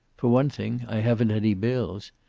for one thing, i haven't any bills.